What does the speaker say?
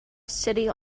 city